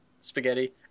Spaghetti